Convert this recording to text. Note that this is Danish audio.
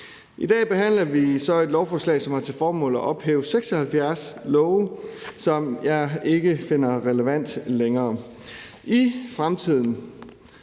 I dag behandler vi så et lovforslag, som har til formål at ophæve 76 love, som jeg ikke finder relevante længere. I fremtiden